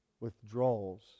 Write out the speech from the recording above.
withdrawals